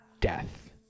Death